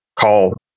call